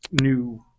new